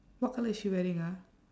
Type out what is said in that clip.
what colour is she wearing ah